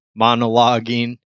monologuing